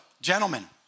gentlemen